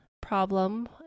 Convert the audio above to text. problem